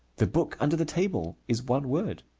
the book under the table is one word,